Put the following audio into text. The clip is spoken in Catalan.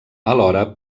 alhora